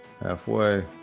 Halfway